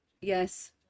Yes